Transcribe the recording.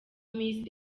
miss